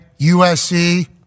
USC –